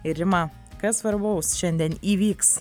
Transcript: ir rima kas svarbaus šiandien įvyks